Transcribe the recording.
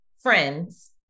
friends